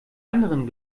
anderen